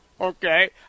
Okay